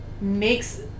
makes